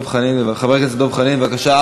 חבר הכנסת דב חנין, בבקשה.